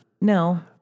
No